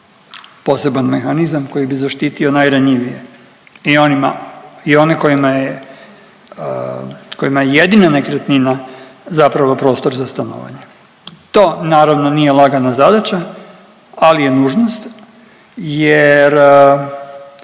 poseban mehanizam koji bi zaštitio najranjivije i onima, i one kojima je, kojima je jedina nekretnina zapravo prostor za stanovanje. To naravno nije lagana zadaća, ali je nužnost jer,